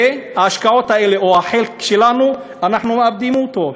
וההשקעות האלה, או החלק שלנו, אנחנו מאבדים אותו.